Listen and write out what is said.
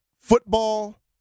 football